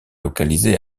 localisé